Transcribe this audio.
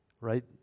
right